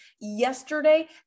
yesterday